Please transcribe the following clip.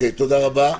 תודה רבה.